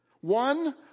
One